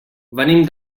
venim